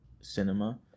cinema